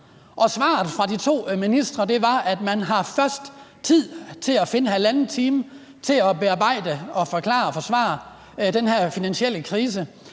og svaret fra de to ministre var, at man først har tid til at finde halvanden time til at bearbejde og forklare og forsvare den her finansielle krise